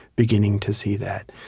beginning to see that.